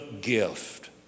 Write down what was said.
gift